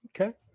Okay